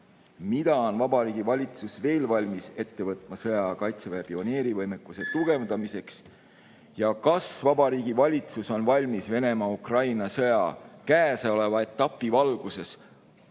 Mida on Vabariigi Valitsus veel valmis ette võtma sõjaaja kaitseväe pioneerivõimekuse tugevdamiseks? Kas Vabariigi Valitsus on valmis Venemaa-Ukraina sõja käesoleva etapi valguses